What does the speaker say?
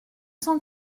cent